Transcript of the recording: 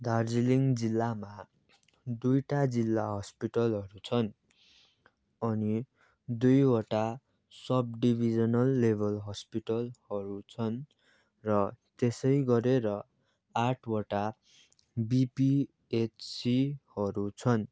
दार्जिलिङ जिल्लामा दुईवटा जिल्ला हस्पिटलहरू छन् अनि दुईवटा सब डिभिजनल लेभल हस्पिटलहरू छन् र त्यसै गरेर आठवटा बिपिएचसीहरू छन्